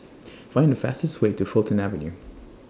Find The fastest Way to Fulton Avenue